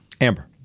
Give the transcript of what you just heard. Amber